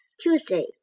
Tuesday